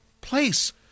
place